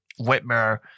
Whitmer